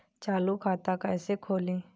चालू खाता कैसे खोलें?